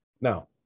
Now